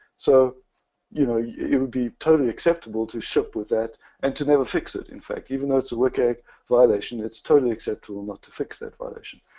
so you know, it would be totally acceptable to ship with that and to never fix it in fact. even though it's a wcag violation, it's totally acceptable not to fix that violation.